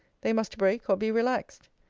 they must break or be relaxed.